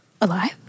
Alive